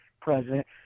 president